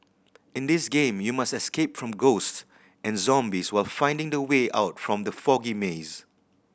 in this game you must escape from ghosts and zombies while finding the way out from the foggy maze